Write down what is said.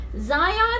Zion